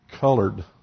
colored